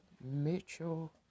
Mitchell